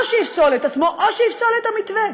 או שיפסול את עצמו או שיפסול את המתווה,